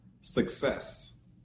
success